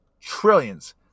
trillions